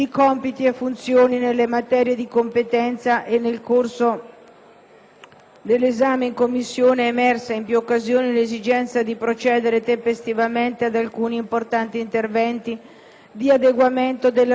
dell'esame in Commissione è emersa in più occasioni l'esigenza di procedere tempestivamente ad alcuni, importanti interventi di adeguamento dell'ordinamento, mediante misure di revisione costituzionale e leggi ordinarie,